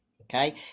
Okay